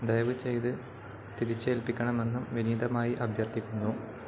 ദയവുചെയ്തു തിരിച്ചേൽപ്പിക്കണമെന്നും വിനീതമായി അഭ്യർത്ഥിക്കുന്നു